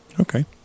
Okay